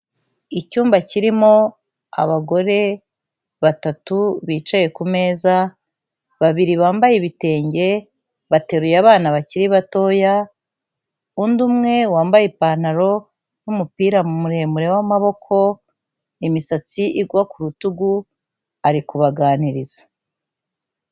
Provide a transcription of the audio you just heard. Icyumba kirimo abagore batatu bicaye ku meza, babiri bambaye ibitenge bateruye abana bakiri batoya, undi umwe wambaye ipantaro n'umupira muremure w'amaboko, imisatsi igwa ku rutugu, ari kubaganiriza.